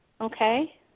Okay